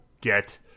get